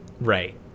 Right